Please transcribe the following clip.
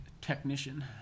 technician